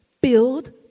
Build